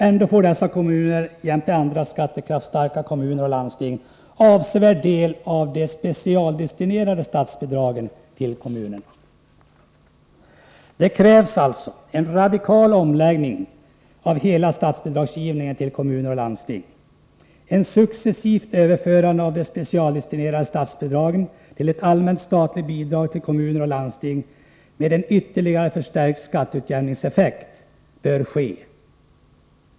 Ändå får dessa kommuner, liksom andra skattekraftstarka kommuner och landsting, en avsevärd del av de specialdestinerade statsbidragen till kommunerna. Det krävs alltså en radikal omläggning av hela statsbidragsgivningen till kommuner och landsting. Ett successivt överförande av de specialdestinerade statsbidragen till ett allmänt statligt bidrag till kommuner och landsting med en ytterligare förstärkning av skatteutjämningseffekten bör ske.